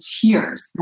tears